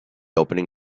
opening